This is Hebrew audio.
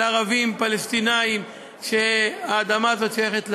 ערבים פלסטינים שהאדמה הזאת שייכת להם,